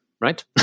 right